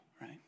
right